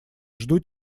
жду